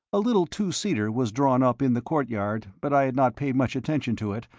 a little two seater was drawn up in the courtyard, but i had not paid much attention to it,